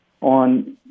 on